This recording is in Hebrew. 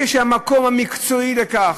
כשהמקום המקצועי לכך,